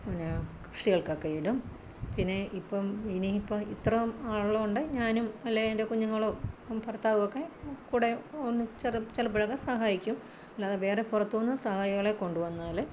പിന്നെ കൃഷികൾകൊക്കെ ഇടും പിന്നെ ഇപ്പം ഇനിയിപ്പം ഇത്രയും ഉള്ളതു കൊണ്ട് ഞാനും അല്ലെ എൻ്റെ കുഞ്ഞുങ്ങളും ഭർത്താവുമൊക്കെ കൂടെ ഒന്ന് ചിലപ്പോഴൊക്കെ സഹായിക്കും അല്ലാതെ വേറെ പുറത്തു നിന്നു സഹായികളെ കൊണ്ടുവന്നാൽ